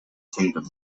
kingdom